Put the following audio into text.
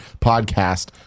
podcast